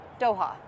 Doha